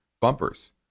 bumpers